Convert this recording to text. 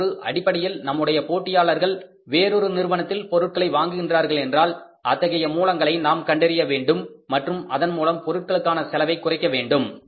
இதேபோன்று அடிப்படையில் நம்முடைய போட்டியாளர்கள் வேறொரு நிறுவனத்தில் பொருட்களை வாங்குகிறார்கள் என்றால் அத்தகைய மூலங்களை நாம் கண்டறிய வேண்டும் மற்றும் அதன்மூலம் பொருட்களுக்கான செலவை குறைக்க வேண்டும்